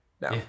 now